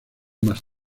más